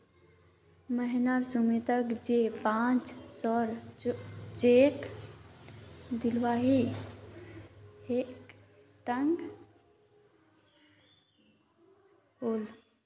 मोहन सुमीतोक जे पांच सौर चेक दियाहिल रद्द हंग गहील